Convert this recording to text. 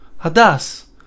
hadas